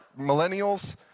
Millennials